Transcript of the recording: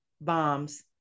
bombs